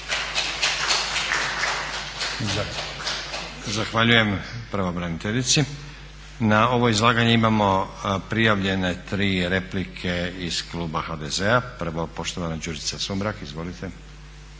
Zahvaljujem pravobraniteljici. Na ovo izlaganje imamo prijavljene replike iz kluba HDZ-a. Prvo poštovana Đurđica Sumrak. Izvolite.